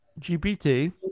GPT